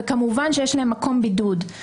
וכמובן שיש להם מקום בידוד.